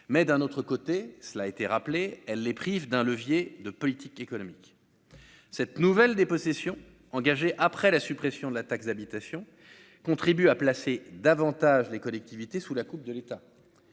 mais d'un autre côté, cela a été rappelé, elle les prive d'un levier de politique économique, cette nouvelle dépossession engagée après la suppression de la taxe d'habitation contribue à placer davantage les collectivités sous la coupe de l'État.